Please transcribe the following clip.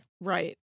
Right